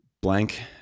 blank –